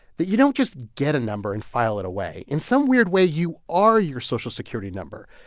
that you don't just get a number and file it away. in some weird way, you are your social security number.